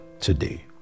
today